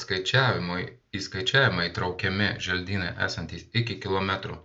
skaičiavimui į skaičiavimą įtraukiami želdynai esantys iki kilometro